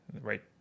right